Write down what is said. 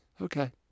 okay